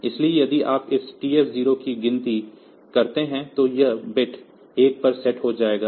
इसलिए यदि आप इस TF0 की निगरानी करते हैं तो यह बिट 1 पर सेट हो जाएगा